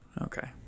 Okay